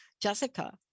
Jessica